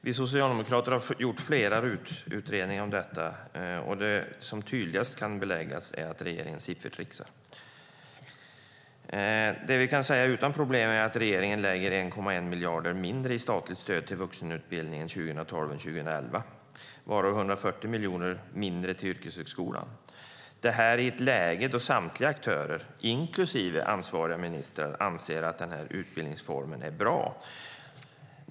Vi socialdemokrater har fått flera utredningar från RUT om detta. Det som tydligast kan beläggas är att regeringen siffertricksar. Det som vi utan problem kan säga är att regeringen anslår 1,1 miljard mindre i statligt stöd till vuxenutbildningen 2012 än 2011, varav 140 miljoner mindre till yrkeshögskolan. Detta sker i ett läge då samtliga aktörer, inklusive ansvariga ministrar, anser att denna utbildningsform är bra.